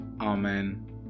Amen